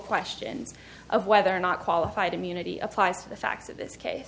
questions of whether or not qualified immunity applies to the facts of this case